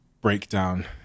breakdown